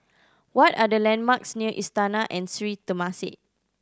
what are the landmarks near Istana and Sri Temasek